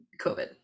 COVID